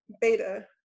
beta